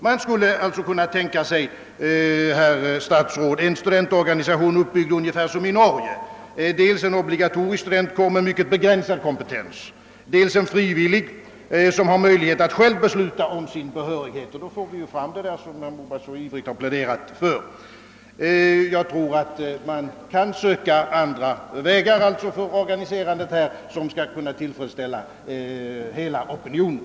Man skulle kunna tänka sig en studentorganisation uppbyggd ungefär som i Norge: dels en obligatorisk studentkår med mycket begränsad kompetens, dels en frivillig som har möjlighet att själv besluta om sin behörighet. Då åstadkommer vi det som herr Moberg så ivrigt pläderat för. Jag tror att man på så sätt kan finna vägar som kan tillfredsställa hela opinionen.